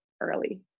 early